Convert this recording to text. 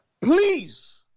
please